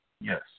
Yes